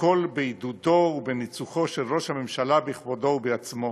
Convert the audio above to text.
הכול בעידודו ובניצוחו של ראש הממשלה בכבודו ובעצמו.